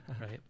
right